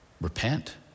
repent